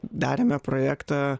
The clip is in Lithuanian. darėme projektą